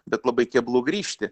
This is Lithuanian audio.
bet labai keblu grįžti